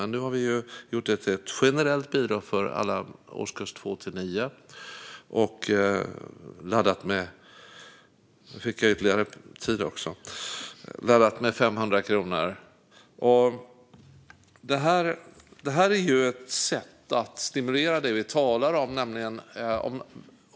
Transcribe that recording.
Nu har vi dock gjort ett generellt bidrag för alla i årskurs 2-9 laddat med 500 kronor. Detta är ett sätt att stimulera det vi talar om.